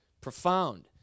profound